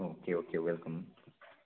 okay okay welcome